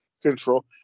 control